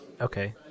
Okay